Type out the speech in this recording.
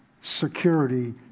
security